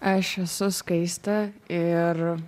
aš esu skaistė ir